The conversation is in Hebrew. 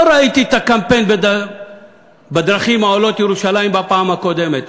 לא ראיתי את הקמפיין בדרכים העולות ירושלים בפעם הקודמת.